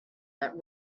that